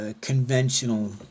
conventional